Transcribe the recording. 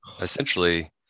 essentially